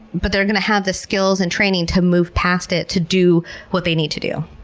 but they're going to have the skills and training to move past it to do what they need to do.